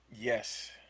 Yes